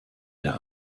der